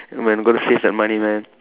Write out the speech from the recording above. man going to save that money man